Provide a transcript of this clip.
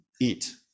eat